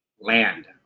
land